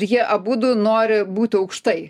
jie abudu nori būti aukštai